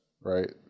right